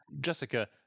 Jessica